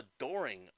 adoring